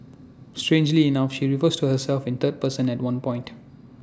strangely enough she refers to herself in third person at one point